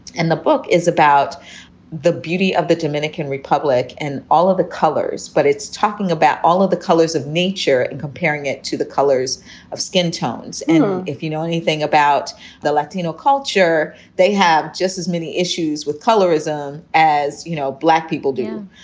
and the book is about the beauty of the dominican republic and all of the colors. but it's talking about all of the colors of nature and comparing it to the colors of skin tones. and if you know anything about the latino culture, they have just as many issues with color ism as you know black people do.